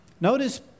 Notice